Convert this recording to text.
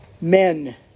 men